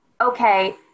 okay